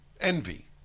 envy